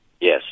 Yes